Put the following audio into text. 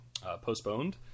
postponed